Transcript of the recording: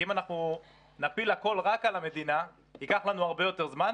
אם אנחנו נפיל הכול רק על המדינה ייקח לנו הרבה יותר זמן,